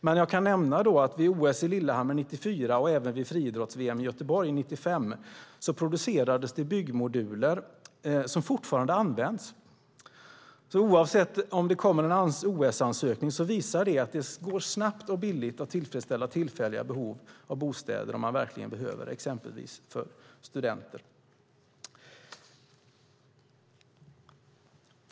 Men jag kan nämna att vid OS i Lillehammer 1994 och även vid friidrotts-VM i Göteborg 1995 producerades det byggmoduler som fortfarande används. Oavsett om det kommer någon OS-ansökan visar det att det går att snabbt och billigt tillfredsställa tillfälliga behov av bostäder om man verkligen behöver, exempelvis för studenter.